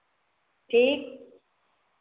ठीक